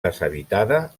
deshabitada